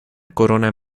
corona